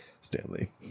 Stanley